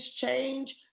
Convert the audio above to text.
change